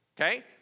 okay